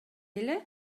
эле